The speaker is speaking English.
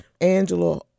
Angela